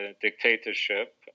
dictatorship